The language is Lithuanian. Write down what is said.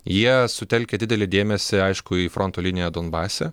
jie sutelkia didelį dėmesį aišku į fronto liniją donbase